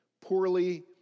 poorly